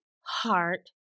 heart